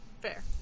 Fair